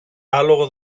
άλογο